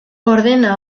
ordena